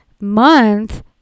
month